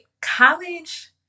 college